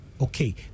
Okay